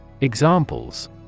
examples